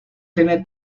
tiene